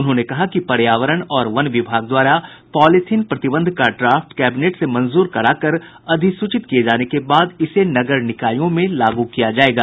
उन्होंने कहा कि पर्यावरण और वन विभाग द्वारा पॉलीथिन प्रतिबंध का ड्राफ्ट कैबिनेट से मंजूर कराकर अधिसूचित किये जाने के बाद इसे नगर निकायों में लागू किया जायेगा